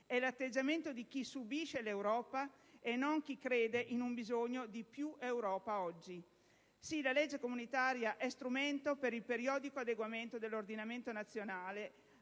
è l'atteggiamento di chi subisce l'Europa e non di chi crede in un bisogno di più Europa oggi. Sì, la legge comunitaria è strumento per il periodico adeguamento dell'ordinamento nazionale